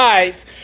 life